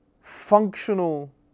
functional